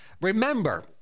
Remember